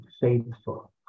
faithful